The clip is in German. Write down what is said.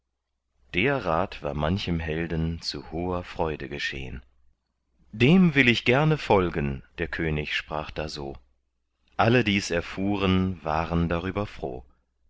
der rat war manchem helden zu hoher freude geschehn dem will ich gerne folgen der könig sprach da so alle die's erfuhren waren darüber froh